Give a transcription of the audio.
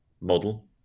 model